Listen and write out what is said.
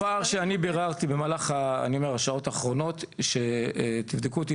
הפער שאני ביררתי במהלך אני אומר השעות האחרונות שתבדקו אותי